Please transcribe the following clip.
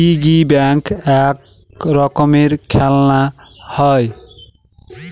piggy bank এক রকমের খেলনা হয়